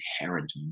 inherent